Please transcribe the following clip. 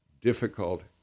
difficult